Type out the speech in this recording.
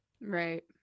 Right